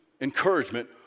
encouragement